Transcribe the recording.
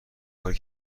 کاری